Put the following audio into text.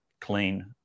clean